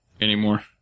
anymore